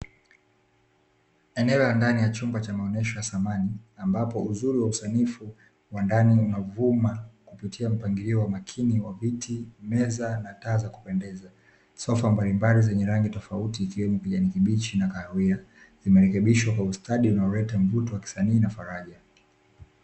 Eneo la ndani ya chumba cha maonyesho ya samani, ambapo uzuri wa usanifu wa ndani unavuma kupitia mpangilio makini wa viti, meza na taa za kupendeza. Sofa mbalimbali zenye rangi tofauti zikiwemo kijani kibichi, na kahawia, zimerekebishwa kwa ustadi unaoleta mvuto wa kisanii na faraja.